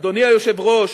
אדוני היושב-ראש,